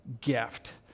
gift